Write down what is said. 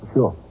Sure